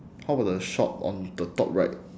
how about the shop on the top right